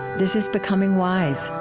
this is becoming wise.